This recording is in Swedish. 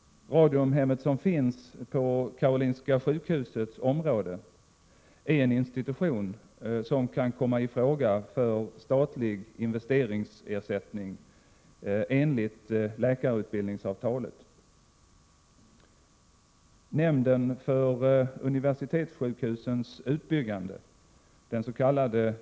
Radiumhemmet, som finns på Karolinska sjukhusets område, är en institution som kan komma i fråga för statlig investeringsersättning enligt läkarutbildningsavtalet. Nämnden för undervisningssjukhusens utbyggande, dens.k.